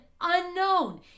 unknown